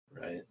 Right